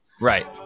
Right